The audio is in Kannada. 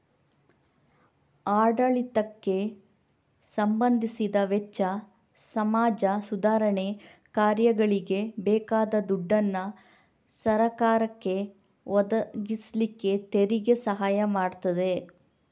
ಆಡಳಿತಕ್ಕೆ ಸಂಬಂಧಿಸಿದ ವೆಚ್ಚ, ಸಮಾಜ ಸುಧಾರಣೆ ಕಾರ್ಯಗಳಿಗೆ ಬೇಕಾದ ದುಡ್ಡನ್ನ ಸರಕಾರಕ್ಕೆ ಒದಗಿಸ್ಲಿಕ್ಕೆ ತೆರಿಗೆ ಸಹಾಯ ಮಾಡ್ತದೆ